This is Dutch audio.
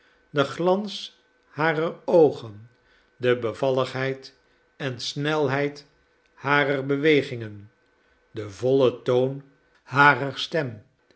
de glans harer oogen de bevalligheid en snelheid harer bewegingen de volle toon harer stem